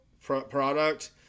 product